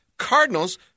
Cardinals